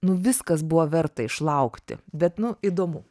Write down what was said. nu viskas buvo verta išlaukti bet nu įdomu